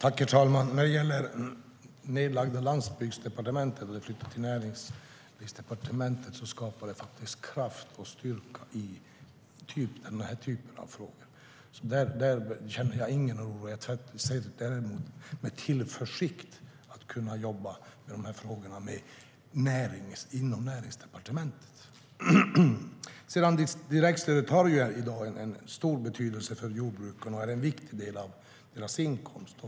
Herr talman! När det gäller det nedlagda Landsbygdsdepartementet och flytten till Näringsdepartementet skapar det kraft och styrka i den här typen av frågor. Där känner jag ingen oro. Jag ser med tillförsikt fram mot att kunna jobba med dessa frågor inom Näringsdepartementet. Direktstödet har i dag en stor betydelse för jordbrukarna och är en viktig del av deras inkomst.